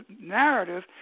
narrative